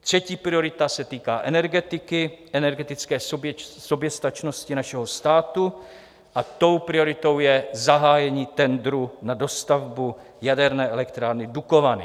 Třetí priorita se týká energetiky, energetické soběstačnosti našeho státu, a tou prioritou je zahájení tendru na dostavbu jaderné elektrárny Dukovany.